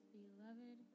beloved